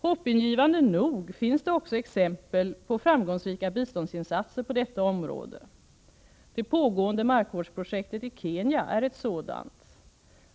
Hoppingivande nog finns det också exempel på framgångsrika biståndsinsatser på detta område. Det pågående markvårdsprojektet i Kenya är ett sådant.